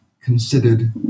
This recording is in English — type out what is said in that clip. considered